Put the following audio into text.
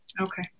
Okay